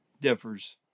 differs